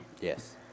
Yes